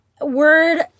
word